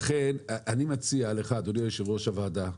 לכן אני מציע לך, אדוני יושב-ראש הוועדה,